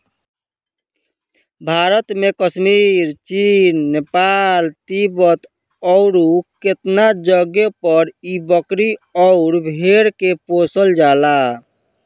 भारत में कश्मीर, चीन, नेपाल, तिब्बत अउरु केतना जगे पर इ बकरी अउर भेड़ के पोसल जाला